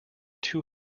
too